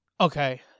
Okay